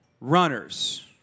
runners